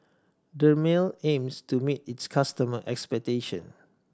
dermale aims to meet its customer expectation